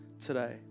today